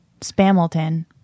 Spamilton